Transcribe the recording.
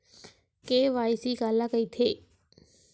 KYC काला कइथे?